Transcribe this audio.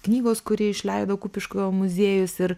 knygos kurį išleido kupiškio muziejus ir